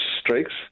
streaks